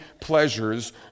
pleasures